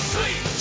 Sweet